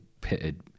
pitted